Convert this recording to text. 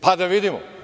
Pa da vidimo.